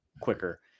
quicker